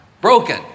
broken